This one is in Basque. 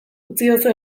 utziozu